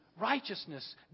righteousness